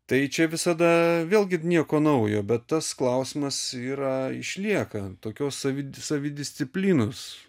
tai čia visada vėlgi nieko naujo bet tas klausimas yra išlieka tokios savi savidisciplinos